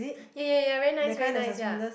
ya ya ya very nice very nice ya